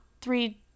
three